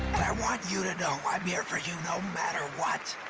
and i want you to know i'm here for you no matter what.